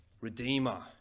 redeemer